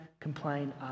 complain